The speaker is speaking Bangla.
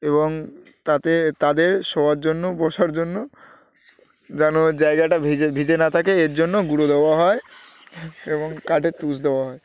এবং তাতে তাদের শোয়ার জন্য বসার জন্য যেন জায়গাটা ভিজে ভিজে না থাকে এর জন্য গুঁড়ো দেওয়া হয় এবং কাঠে তুষ দেওয়া হয়